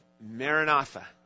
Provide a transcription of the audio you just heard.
Maranatha